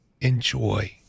Enjoy